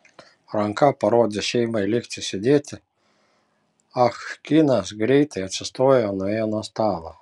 ranka parodęs šeimai likti sėdėti ah kinas greitai atsistojo ir nuėjo nuo stalo